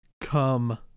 come